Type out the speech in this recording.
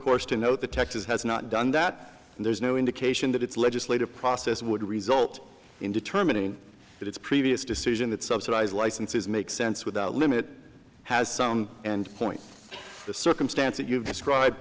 course to know that texas has not done that and there's no indication that its legislative process would result in determining that its previous decision that subsidize licenses makes sense without limit has sound and point the circumstance that you've describe